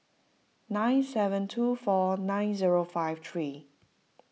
nine seven two four nine zero five three